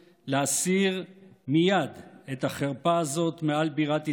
להסיר מייד את החרפה הזאת מעל בירת ישראל,